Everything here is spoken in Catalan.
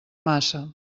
massa